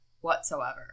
whatsoever